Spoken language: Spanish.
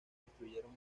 destruyeron